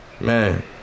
Man